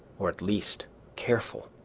or at least careful.